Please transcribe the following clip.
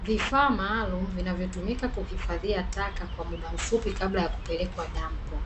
Vifaa maalumu vinavyo tumika kuhifadhia taka kwa muda mfupi kabla ya kupelekwa dampo.